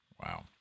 Wow